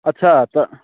अच्छा अच्छा